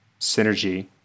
synergy